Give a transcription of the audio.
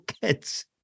kids